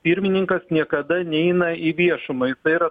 pirmininkas niekada neina į viešumą jisai yra